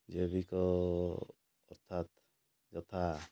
ଜୈବିକ ଅର୍ଥାତ ଯଥା